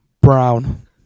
Brown